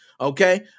Okay